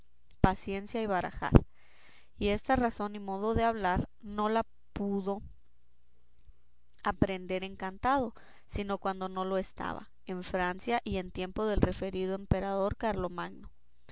paciencia y barajar y esta razón y modo de hablar no la pudo aprender encantado sino cuando no lo estaba en francia y en tiempo del referido emperador